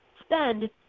spend